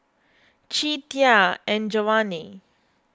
Che Tia and Giovanny